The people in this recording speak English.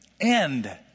end